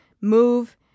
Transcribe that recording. move